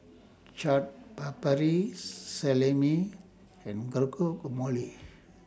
Chaat Papri Salami and Guacamole